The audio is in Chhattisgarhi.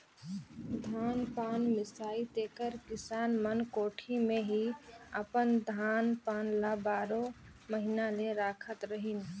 धान पान मिसाए तेकर किसान मन कोठी मे ही अपन धान पान ल बारो महिना ले राखत रहिन